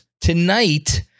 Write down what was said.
tonight